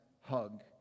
hug